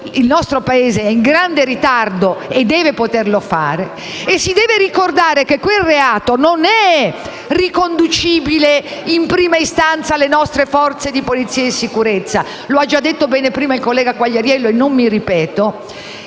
il nostro Paese è in grande ritardo (quindi deve poterlo fare). E si deve ricordare che quel reato non è riconducibile in prima istanza alle nostre forze di polizia e sicurezza; lo ha già detto bene prima il collega Quagliariello e non mi ripeto.